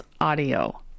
Audio